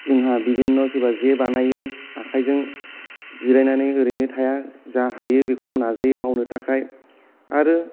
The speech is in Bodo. जोंहा बिभिन्न' सोरबा जे बानायो आखाइजों जिरायनानै ओरैनो थाया जा हायो बेखौ नाजायो मावनो थाखाय आरो